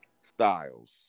Styles